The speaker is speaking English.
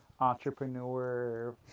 entrepreneur